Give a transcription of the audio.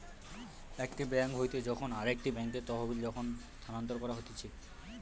একটি বেঙ্ক হইতে যখন আরেকটি বেঙ্কে তহবিল যখন স্থানান্তর করা হতিছে